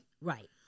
Right